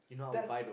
that's